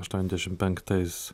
aštuoniasdešim penktais